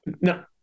no